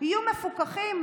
יהיו מפוקחים.